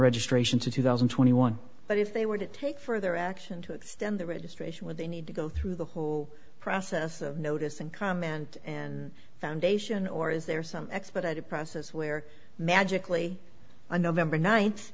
registration to two thousand and twenty one but if they were to take further action to extend the registration would they need to go through the whole process of notice and comment and foundation or is there some expedited process where magically on november ni